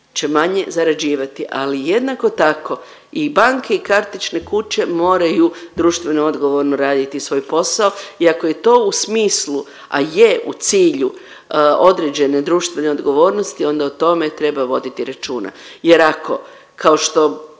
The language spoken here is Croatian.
manje zarađivati ali jednako tako i banke i kartične kuće moraju društveno odgovorno raditi svoj posao i ako je to u smislu, a je u cilju određene društvene odgovornosti onda o tome treba voditi računa jer ako kao što,